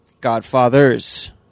Godfathers